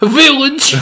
village